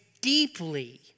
deeply